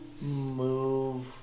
move